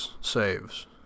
saves